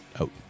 out